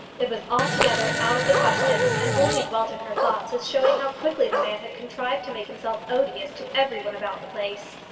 it was altogether out of the question, and only dwelt in her thoughts as showing how quickly the man had contrived to make himself odious to every one about the place.